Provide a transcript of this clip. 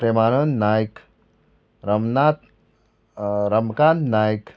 Premanand Nayak Ramnath Ramakant Naik